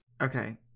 Okay